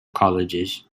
colleges